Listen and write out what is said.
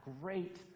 great